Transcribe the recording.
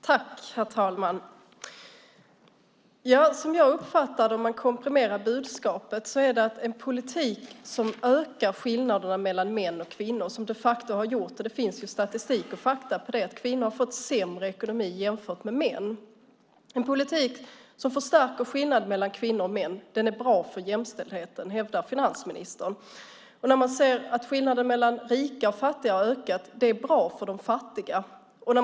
Herr talman! Som jag uppfattar det, om man komprimerar budskapet, är en politik som ökar och förstärker skillnaderna mellan män och kvinnor bra för jämställdheten. Det hävdar finansministern. Alliansens politik har de facto ökat skillnaderna. Det finns statistik och fakta på att kvinnor har fått sämre ekonomi än män. Man säger att skillnaden mellan rika och fattiga har ökat och att det är bra för de fattiga.